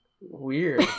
Weird